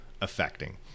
affecting